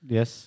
Yes